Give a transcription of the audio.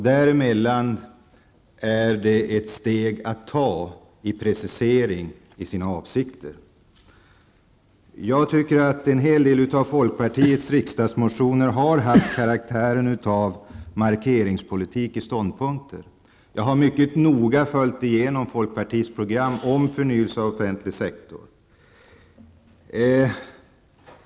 Däremellan är det ett steg att ta i precisering av avsikter. En hel del av folkpartiets riksdagsmotioner har haft karaktären av markeringspolitik i fråga om ståndpunkter. Jag har mycket noga följt folkpartiets program om förnyelse av offentlig sektor.